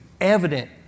evident